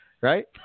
right